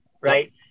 right